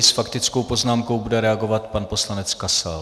S faktickou poznámkou bude reagovat pan poslanec Kasal.